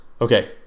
Okay